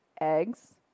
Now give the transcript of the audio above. eggs